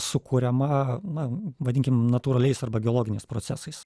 sukuriama na vadinkim natūraliais arba geologiniais procesais